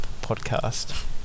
podcast